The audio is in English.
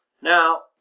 Now